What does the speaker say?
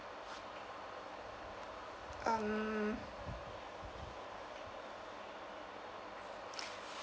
um